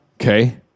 Okay